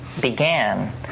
began